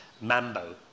Mambo